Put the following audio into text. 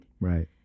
Right